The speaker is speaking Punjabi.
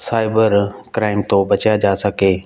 ਸਾਈਬਰ ਕ੍ਰਾਈਮ ਤੋਂ ਬਚਿਆ ਜਾ ਸਕੇ